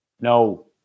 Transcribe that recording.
no